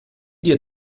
dir